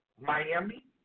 Miami